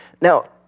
Now